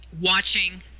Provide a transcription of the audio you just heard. Watching